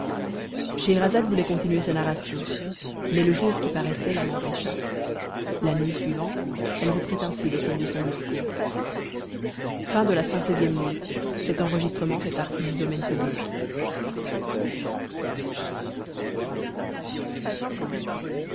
scheherazade voulait continuer sa narration mais le jour qui paraissait l'en empêcha la nuit suivante elle reprit ainsi le fil de son discours cxvii nuit